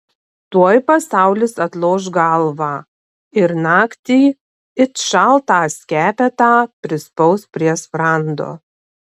tuoj pasaulis atloš galvą ir naktį it šaltą skepetą prispaus prie sprando